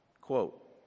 quote